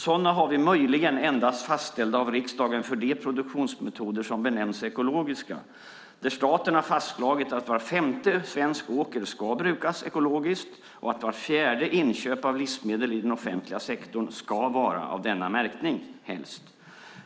Sådana har vi möjligen endast fastställda av riksdagen för de produktionsmetoder som benämns ekologiska, där staten har fastslagit att var femte svensk åker ska brukas ekologiskt och att vart fjärde inköp av livsmedel i den offentliga sektorn helst ska vara av ekologisk märkning.